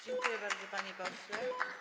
Dziękuję bardzo, panie pośle.